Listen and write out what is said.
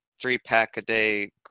three-pack-a-day